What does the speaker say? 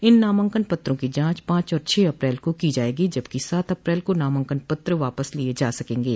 इन नामांकन पत्रों की जांच पांच और छह अप्रैल को की जायेगी जबकि सात अप्रैल को नामांकन पत्र वापस लिये जा सकेंगे